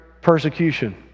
persecution